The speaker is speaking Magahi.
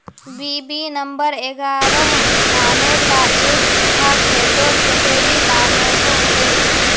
बी.बी नंबर एगारोह धानेर ला एक बिगहा खेतोत कतेरी लागोहो होबे?